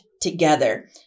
together